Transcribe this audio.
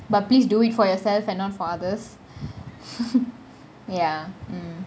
but please do it for yourself and not for others ya